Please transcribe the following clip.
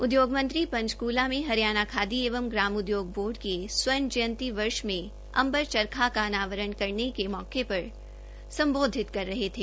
उद्योग मंत्री पंचकला में हरियाणा खादी एवं ग्राम उद्योग बोर्ड के स्वर्ण जयंती वर्ष में अम्बर चरखा का अनावरण करने के लिए मौके पर संबोधित कर रहे थे